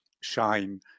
shine